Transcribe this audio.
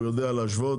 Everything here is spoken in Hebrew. הוא יודע להשוות.